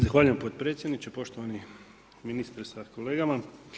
Zahvaljujem podpredsjedniče, poštovani ministre sa kolegama.